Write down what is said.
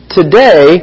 today